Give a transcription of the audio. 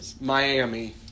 Miami